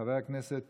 חבר הכנסת